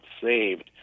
saved